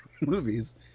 movies